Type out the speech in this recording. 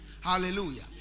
Hallelujah